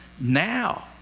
now